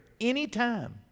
anytime